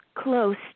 close